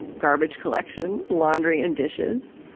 garbage collection, laundry and dishes.